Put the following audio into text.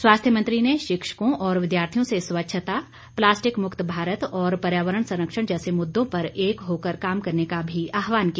स्वास्थ्य मंत्री ने शिक्षकों और विद्यार्थियों से स्वच्छता प्लास्टि मुक्त भारत और पर्यावरण संरक्षण जैसे मुद्दों पर एक होकर काम करने का भी आहवान किया